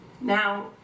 Now